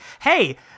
hey